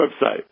website